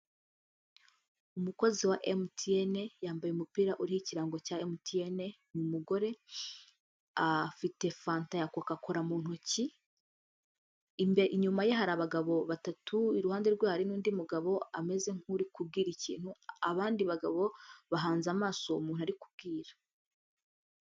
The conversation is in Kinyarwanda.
Umukozi wa MTN, yambaye umupira uriho ikirango cya MTN, ni umugore, afite fanta ya koka kola mu ntoki, inyuma ye hari abagabo batatu, iruhande rwe hari nundi mugabo ameze nk'uri kubwira ikintu, abandi bagabo bahanze amaso umuntu ari kubwira.